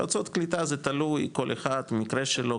יועצות קליטה זה תלוי כל אחד מקרה שלו,